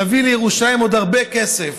נביא לירושלים עוד הרבה כסף.